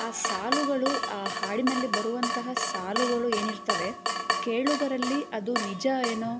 ಆ ಸಾಲುಗಳು ಆ ಹಾಡಿನಲ್ಲಿ ಬರುವಂತಹ ಸಾಲುಗಳು ಏನಿರ್ತಾವೆ ಕೇಳುಗರಲ್ಲಿ ಅದು ನಿಜ ಏನೋ